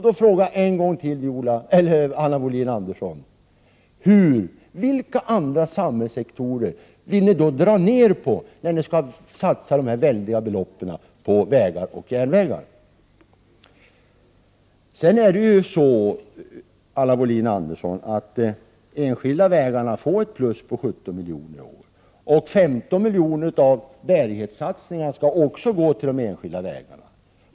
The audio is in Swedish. Då frågar jag en gång till: På vilka samhällssektorer vill ni dra ner när ni skall satsa dessa väldiga belopp på vägar och järnvägar? De enskilda vägarna får, Anna Wohlin-Andersson, ett plus på 17 miljoner i år. 15 miljoner av bärighetssatsningen skall dessutom gå till de enskilda vägarna.